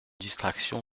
distraction